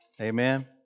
Amen